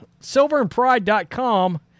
silverandpride.com